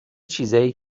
چیزایی